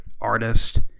artist